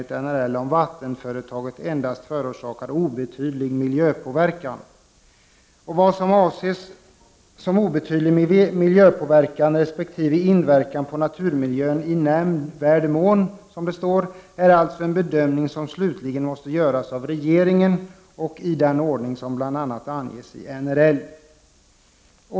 Detta Vad som avses som obetydlig miljöpåverkan resp. inverkan på naturmiljön i nämnvärd mån, som det står, är alltså en bedömning som slutligen måste göras av regeringen och i den ordning som bl.a. anges i NRL.